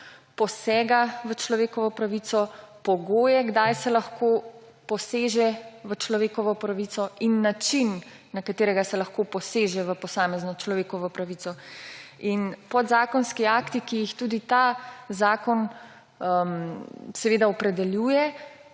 posega v človekovo pravico, pogoje, kdaj se lahko poseže v človekovo pravico, in način, na katerega se lahko poseže v posamezno človekovo pravico. Podzakonski akti, ki jih tudi ta zakon opredeljuje,